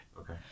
okay